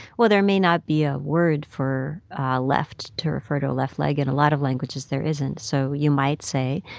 well, there may not be a word for left to refer to a left leg. in a lot of languages, there isn't. so you might say,